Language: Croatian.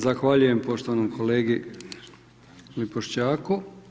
Zahvaljujem poštovanom kolegi Lipošćaku.